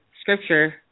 scripture